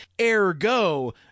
Ergo